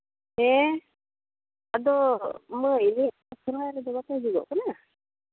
ᱦᱮᱸ ᱟᱫᱚ ᱢᱟᱹᱭ ᱤᱭᱟᱹ ᱥᱚᱦᱨᱟᱭ ᱨᱮᱫᱚ ᱵᱟᱯᱮ ᱦᱤᱡᱩᱜᱚᱜ ᱠᱟᱱᱟ